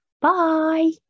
bye